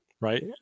right